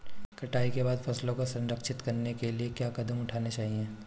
कटाई के बाद फसलों को संरक्षित करने के लिए क्या कदम उठाने चाहिए?